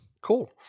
Cool